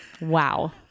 Wow